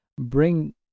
bring